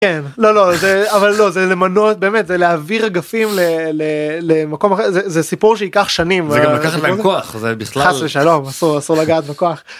לא לא אבל לא זה למנות את באמת להעביר אגפים למקום אחר זה סיפור שיקח שנים. זה גם לקחת להם כוח, חס ושלום, אסור לקחת להם כוח